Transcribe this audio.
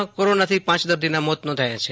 જિલ્લામાં કોરોનાથી પાંચ દર્દીના મોત નોંધાયા છે